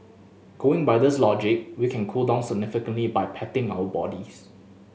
going by this logic we can cool down significantly by patting our bodies